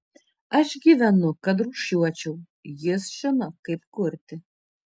aš gyvenu kad rūšiuočiau jis žino kaip kurti